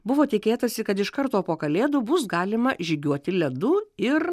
buvo tikėtasi kad iš karto po kalėdų bus galima žygiuoti ledu ir